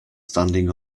standing